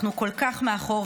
אנחנו כל כך מאחור,